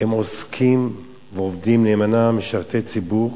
הם עוסקים ועובדים נאמנה, משרתי ציבור.